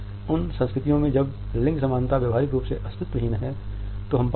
ये संकेत अक्सर गलत हो सकते हैं